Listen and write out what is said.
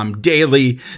daily